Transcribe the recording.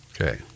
Okay